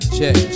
Check